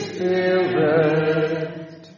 Spirit